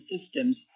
systems